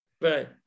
Right